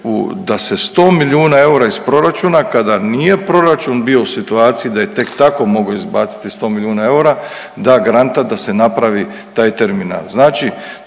da se sto milijuna eura iz proračuna kada nije proračun bio u situaciji da je tek tako mogao izbaciti sto milijuna eura da garanta da se napravi taj terminal.